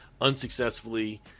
unsuccessfully